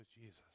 Jesus